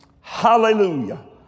Hallelujah